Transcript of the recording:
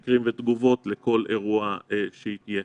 מקרים ותגובות לכל אירוע שיהיה.